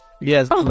Yes